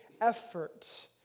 effort